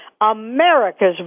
America's